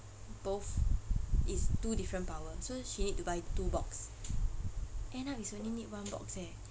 both is two different power so she need to buy two box end up is only need one box eh